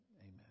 Amen